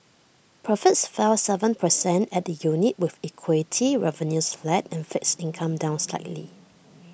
profits fell Seven percent at the unit with equity revenues flat and fixed income down slightly